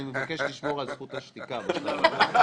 אני מבקש לשמור על זכות השתיקה בשלב זה.